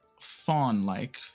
fawn-like